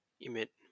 emit